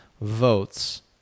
votes